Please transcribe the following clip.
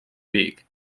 weg